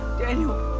daniel.